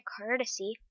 courtesy